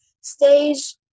stage